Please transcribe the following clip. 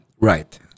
Right